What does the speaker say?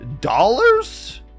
dollars